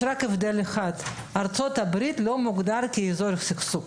יש רק הבדל אחד והוא שארצות הברית לא מוגדרת כאזור סכסוך.